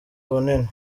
bunini